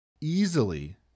easily